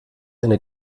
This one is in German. eine